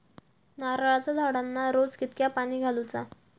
नारळाचा झाडांना रोज कितक्या पाणी घालुचा?